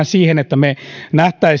siihen että me näkisimme